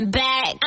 back